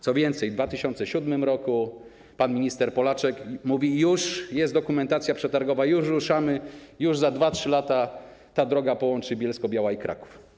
Co więcej, w 2007 r. pan minister Polaczek mówi: już jest dokumentacja przetargowa, już ruszamy, już za 2–3 lata ta droga połączy Bielsko-Białą i Kraków.